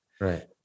right